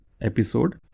episode